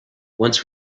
once